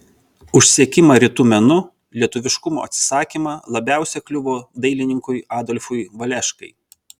už sekimą rytų menu lietuviškumo atsisakymą labiausiai kliuvo dailininkui adolfui valeškai